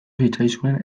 zitzaizuen